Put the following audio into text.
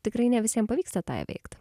tikrai ne visiem pavyksta tą įveikt